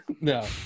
no